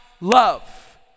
love